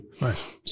Nice